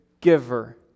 giver